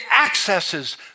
accesses